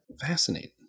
Fascinating